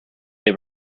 they